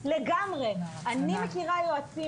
למה מפעל הפיס,